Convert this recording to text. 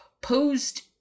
posed